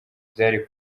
byari